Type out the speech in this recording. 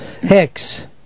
Hicks